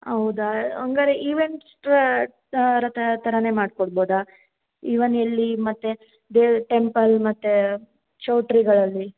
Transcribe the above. ಹೌದಾ ಹಂಗಾರೆ ಈವೆಂಟ್ಸ್ ಥರ ಥರಾನೇ ಮಾಡಿ ಕೊಡ್ಬೋದಾ ಈವನ್ ಇಲ್ಲಿ ಮತ್ತು ಬೇರೆ ಟೆಂಪಲ್ ಮತ್ತು ಚೌಳ್ಟ್ರಿಗಳಲ್ಲಿ